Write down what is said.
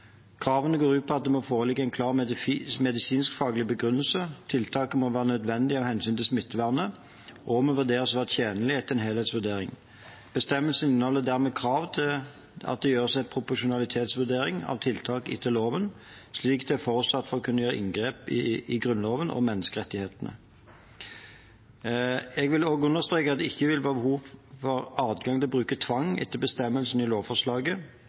Kravene går ut på at det må foreligge en klar medisinskfaglig begrunnelse, tiltakene må være nødvendig av hensyn til smittevernet, og det må vurderes å være tjenlig etter en helhetsvurdering. Bestemmelsen inneholder dermed krav til at det gjøres en proporsjonalitetsvurdering av tiltak etter loven, slik det er forutsatt for å kunne gjøre inngrep etter Grunnloven og menneskerettighetene. Jeg vil også understreke at det ikke vil være behov for adgang til å bruke tvang etter bestemmelsen i lovforslaget.